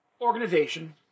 organization